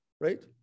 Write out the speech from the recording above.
right